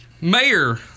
Mayor